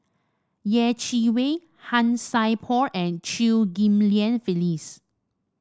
Yeh Chi Wei Han Sai Por and Chew Ghim Lian Phyllis